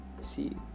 See